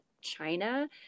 China